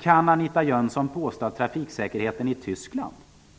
Kan Anita Jönsson påstå att trafiksäkerheten i Tyskland